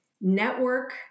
network